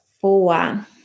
four